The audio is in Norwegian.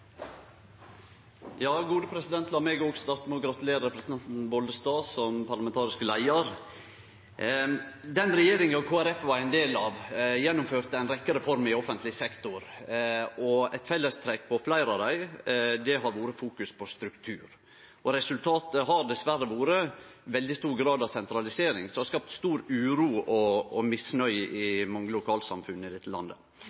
La meg også starte med å gratulere representanten Bollestad som parlamentarisk leiar. Den regjeringa Kristeleg Folkeparti var ein del av, gjennomførte ei rekkje reformer i offentleg sektor. Eit fellestrekk for fleire av dei har vore eit fokus på struktur, og resultatet har dessverre vore ein veldig stor grad av sentralisering, som har skapt stor uro og misnøye i mange lokalsamfunn i dette landet.